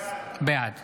בעד